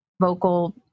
vocal